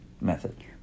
method